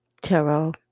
tarot